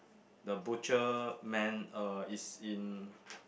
the butcher man uh is in